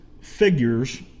figures